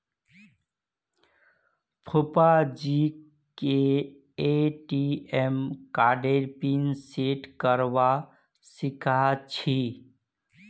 फूफाजीके ए.टी.एम कार्डेर pin set करवा सीखा छि